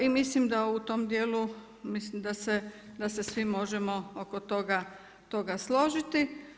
I mislim da u tom dijelu mislim da se svi možemo oko toga složiti.